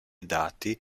dati